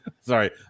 Sorry